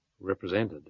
represented